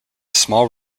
small